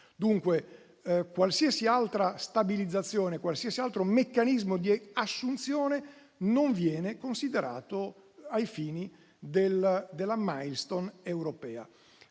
Dunque qualsiasi altra stabilizzazione e qualsiasi altro meccanismo di assunzione non vengano considerati ai fini della *milestone* europea.